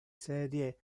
serie